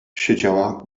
siedziała